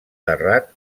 terrat